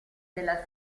della